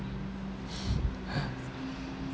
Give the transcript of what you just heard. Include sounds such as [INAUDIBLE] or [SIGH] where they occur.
[LAUGHS]